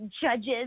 judges